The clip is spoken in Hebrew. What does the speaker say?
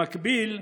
במקביל,